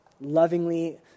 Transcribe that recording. lovingly